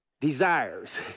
desires